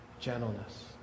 gentleness